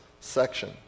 section